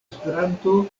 esperanto